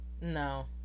No